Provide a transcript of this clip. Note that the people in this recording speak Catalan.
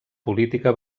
política